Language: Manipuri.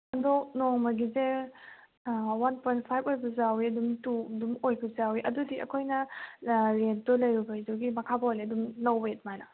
ꯑꯗꯣ ꯅꯣꯡꯃꯒꯤꯁꯦ ꯋꯥꯟ ꯄꯣꯏꯟ ꯐꯥꯏꯕ ꯑꯣꯏꯕꯁꯨ ꯌꯥꯎꯏ ꯑꯗꯨꯝ ꯇꯨ ꯑꯗꯨꯝ ꯑꯣꯏꯕꯁꯨ ꯌꯥꯎꯏ ꯑꯗꯨꯗꯤ ꯑꯩꯈꯣꯏꯅ ꯔꯦꯟꯇꯣ ꯂꯩꯔꯨꯕꯒꯤꯗꯨꯒꯤ ꯃꯈꯥ ꯄꯣꯜꯂꯦ ꯑꯗꯨꯝ ꯂꯧꯏ ꯑꯗꯨꯃꯥꯏꯅ